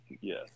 yes